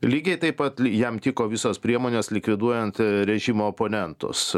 lygiai taip pat jam tiko visos priemonės likviduojant režimo oponentus